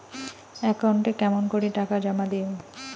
একাউন্টে কেমন করি টাকা জমা দিম?